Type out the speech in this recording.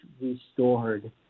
restored